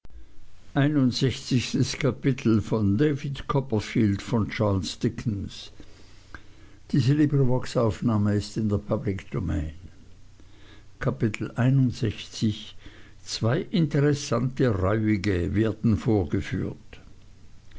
zwei interessante reuige werden vorgeführt